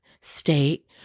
state